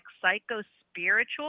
psycho-spiritual